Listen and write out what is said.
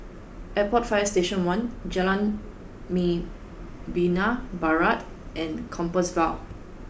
Airport Fire Station one Jalan Membina Barat and Compassvale